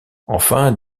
enfin